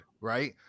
right